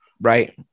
Right